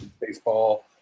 baseball